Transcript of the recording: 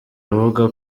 avuga